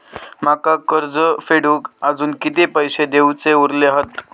माका कर्ज फेडूक आजुन किती पैशे देऊचे उरले हत?